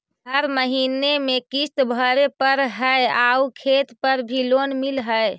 हर महीने में किस्त भरेपरहै आउ खेत पर भी लोन मिल है?